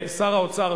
שר האוצר,